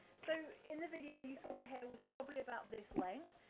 so, in the video, you saw my hair was probably about this length,